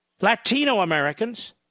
Latino-Americans